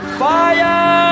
fire